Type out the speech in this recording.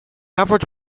average